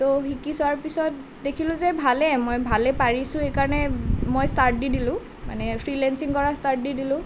তো শিকি চোৱাৰ পিছত দেখিলোঁ যে ভালেই মই ভালেই পাৰিছোঁ সেইকাৰণে মই ষ্টাৰ্ট দি দিলোঁ মানে ফ্ৰিলেনঞ্চিং কৰা ষ্টাৰ্ট দি দিলোঁ